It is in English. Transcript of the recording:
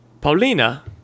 Paulina